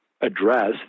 address